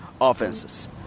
offenses